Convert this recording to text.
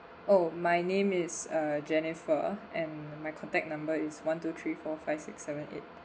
oh my name is uh jennifer and my contact number is one two three four five six seven eight